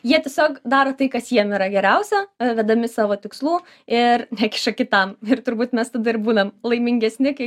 jie tiesiog daro tai kas jiem yra geriausia vedami savo tikslų ir nekiša kitam ir turbūt mes tada ir būnam laimingesni kai